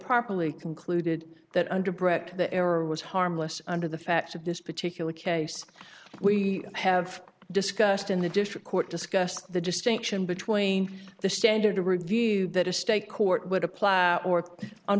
properly concluded that under brett the error was harmless under the facts of this particular case we have discussed in the district court discussed the distinction between the standard to review that a state court would apply or on